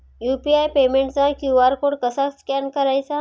UPI पेमेंटचा QR code कसा scan करायचा?